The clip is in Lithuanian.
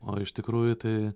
o iš tikrųjų tai